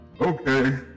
Okay